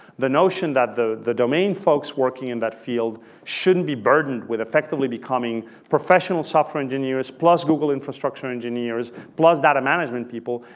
the notion that the the domain folks working in that field shouldn't be burdened with effectively becoming professional software engineers plus google infrastructure engineers plus data management people.